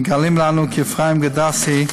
מגלים לנו כי אפרים גדסי,